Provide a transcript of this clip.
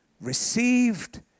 received